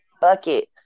bucket